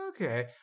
okay